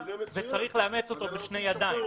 וצריך לאמץ אותו בשתי ידיים.